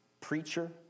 Preacher